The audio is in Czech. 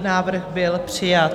Návrh byl přijat.